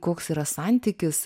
koks yra santykis